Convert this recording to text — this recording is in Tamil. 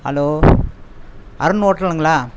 ஹலோ அருண் ஹோட்டலுங்களா